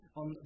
on